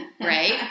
right